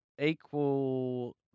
equal